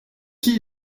qui